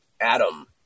Adam